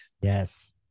Yes